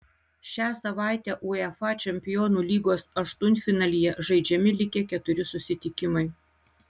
šią savaitę uefa čempionų lygos aštuntfinalyje žaidžiami likę keturi susitikimai